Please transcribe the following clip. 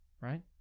right